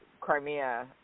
Crimea